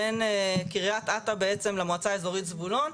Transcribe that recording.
בין קרית אתא בעצם למועצה האזורית זבולון.